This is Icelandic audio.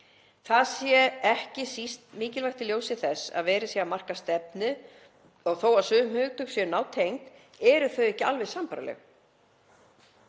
Það sé ekki síst mikilvægt í ljósi þess að verið er að marka stefnu og þó að sum hugtök séu nátengd eru þau ekki alveg sambærileg.